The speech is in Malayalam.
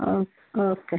ആ ഓക്കെ